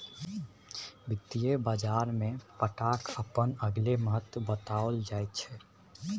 वित्तीय बाजारमे पट्टाक अपन अलगे महत्व बताओल जाइत छै